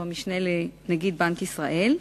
המשנה לנגיד בנק ישראל,